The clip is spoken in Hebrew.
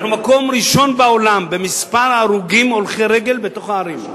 אנחנו מקום ראשון בעולם במספר ההרוגים הולכי-רגל בתוך הערים.